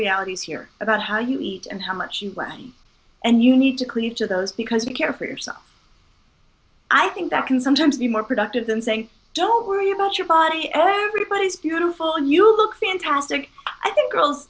realities here about how he eat and how much you learn and you need to cleave to those because you care for yourself i think that can sometimes be more productive than saying don't worry about your body everybody's beautiful and you look fantastic i think girls